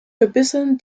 verbessern